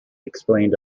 explained